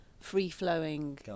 free-flowing